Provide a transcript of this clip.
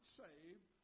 saved